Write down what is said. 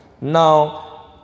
now